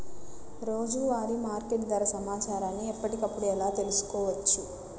రోజువారీ మార్కెట్ ధర సమాచారాన్ని ఎప్పటికప్పుడు ఎలా తెలుసుకోవచ్చు?